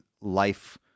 life